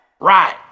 Right